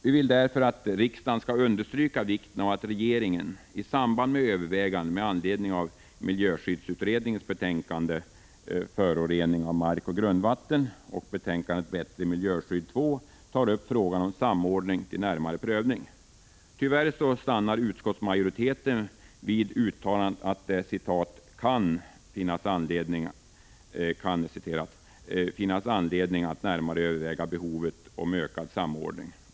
Vi vill att riksdagen skall understryka vikten av att regeringen i samband med överväganden med anledning av miljöskyddsutredningens betänkanden ”Förorening av mark och grundvatten” och ”Bättre miljöskydd II” tar upp frågan om samordning till närmare prövning. Tyvärr stannar utskottsmajoriteten vid uttalandet att det kan ”finnas anledning att närmare överväga behovet av en ökad samordning ———”.